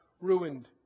ruined